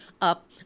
up